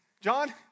John